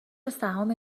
سهام